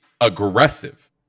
aggressive